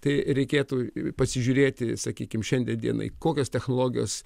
tai reikėtų pasižiūrėti sakykim šiandien dienai kokios technologijos